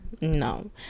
no